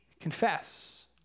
confess